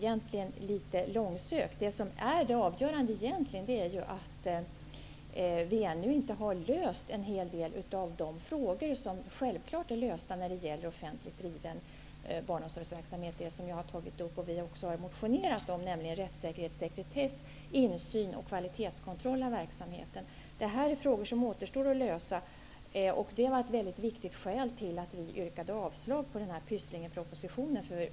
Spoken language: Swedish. Det avgörande är egentligen att man ännu inte har löst en hel del av de frågor som självfallet är lösta inom offentlig barnomsorg, vilket vi också har motionerat om. Det gäller t.ex. frågorna om rättssäkerhet, sekretess, insyn och kvalitetskontroll av verksamheten. Dessa frågor återstår att lösa, och det var ett viktigt skäl till att vi yrkade avslag på ''pysslingenpropositionen''.